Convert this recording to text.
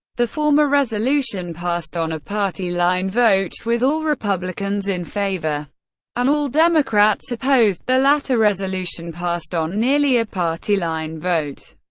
the former resolution passed on a party-line vote, with all republicans in favor and all democrats opposed the latter resolution passed on nearly a party-line vote,